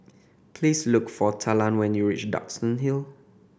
please look for Talan when you reach Duxton Hill